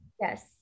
Yes